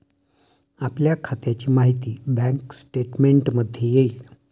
आपल्या खात्याची माहिती बँक स्टेटमेंटमध्ये येईल